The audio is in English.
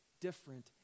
different